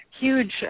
huge